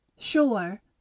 Sure